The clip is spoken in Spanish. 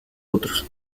otros